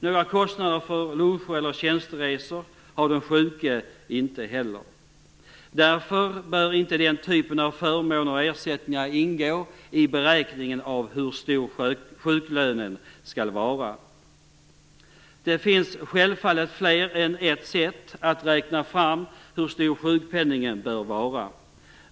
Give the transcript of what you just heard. Några kostnader för luncher eller tjänsteresor har den sjuke inte heller. Därför bör inte den typen av förmåner och ersättningar ingå i beräkningen av hur stor sjuklönen skall vara. Det finns självfallet fler än ett sätt att räkna fram hur stor sjukpenningen bör vara.